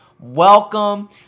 Welcome